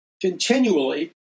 continually